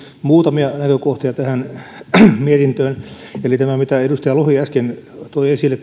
muutamia näkökohtia tähän mietintöön eli tämä autojen ikäkysymys mitä edustaja lohi äsken toi esille